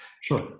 Sure